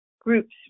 groups